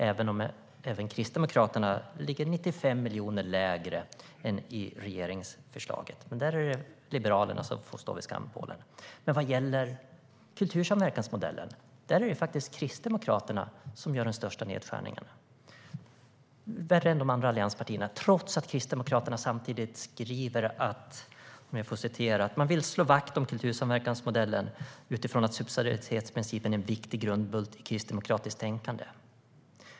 Även Kristdemokraterna ligger 95 miljoner lägre än regeringsförslaget, men där är det Liberalerna som får stå vid skampålen. Vad gäller kultursamverkansmodellen är det Kristdemokraterna som gör den största nedskärningen, värre än de andra allianspartierna, trots att Kristdemokraterna samtidigt skriver att de vill slå vakt om kultursamverkansmodellen utifrån att subsidiaritetsprincipen är en viktig grundbult i kristdemokratiskt tänkande.